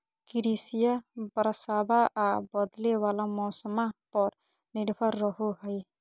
कृषिया बरसाबा आ बदले वाला मौसम्मा पर निर्भर रहो हई